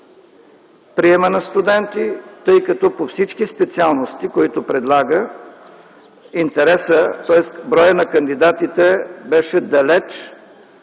приема на студенти, тъй като по всички специалности, които предлага, броят на кандидатите беше далеч